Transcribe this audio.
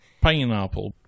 Pineapple